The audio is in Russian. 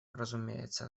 разумеется